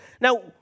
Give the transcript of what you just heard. Now